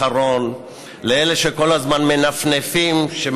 ורק משפט אחרון לאלה שכל הזמן מנפנפים בזה